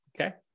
Okay